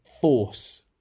force